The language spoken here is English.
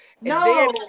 No